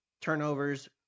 turnovers